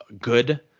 good